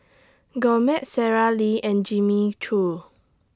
Gourmet Sara Lee and Jimmy Choo